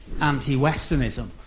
anti-Westernism